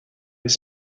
les